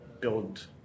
build